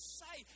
say